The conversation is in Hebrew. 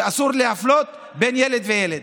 שאסור להפלות בין ילד לילד.